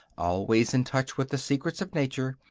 always in touch with the secrets of nature,